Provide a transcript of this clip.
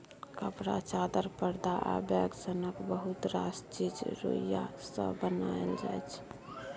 कपड़ा, चादर, परदा आ बैग सनक बहुत रास चीज रुइया सँ बनाएल जाइ छै